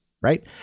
Right